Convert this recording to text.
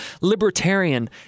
libertarian